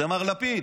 הוא מר לפיד.